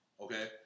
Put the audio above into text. Okay